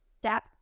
step